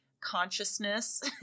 consciousness